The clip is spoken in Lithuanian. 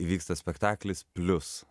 įvyksta spektaklis plius